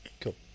Cool